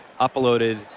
uploaded